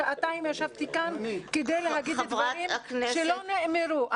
שעתיים ישבתי כאן כדי להגיד דברים שלא נאמרו.